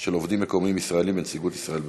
של עובדים מקומיים ישראלים בנציגות ישראל בניו-יורק.